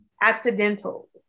accidental